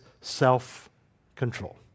self-control